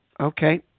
okay